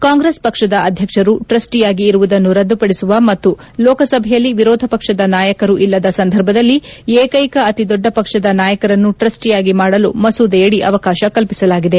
ಕಾಂಗ್ರೆಸ್ ಪಕ್ಷದ ಅಧ್ವಕ್ಷರು ಟ್ರಸ್ಟಿಯಾಗಿ ಇರುವುದನ್ನು ರದ್ದುಪಡಿಸುವ ಮತ್ತು ಲೋಕಸಭೆಯಲ್ಲಿ ವಿರೋಧಪಕ್ಷದ ನಾಯಕರು ಇಲ್ಲದ ಸಂದರ್ಭದಲ್ಲಿ ಏಕೈಕ ಅತಿ ದೊಡ್ಡ ಪಕ್ಷದ ನಾಯಕರನ್ನು ಟ್ರಸ್ಟಿಯಾಗಿ ಮಾಡಲು ಮಸೂದೆಯಡಿ ಅವಕಾಶ ಕಲ್ಪಿಸಲಾಗಿದೆ